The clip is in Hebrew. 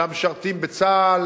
למשרתים בצה"ל,